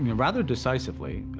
rather decisively.